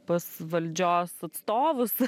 pas valdžios atstovus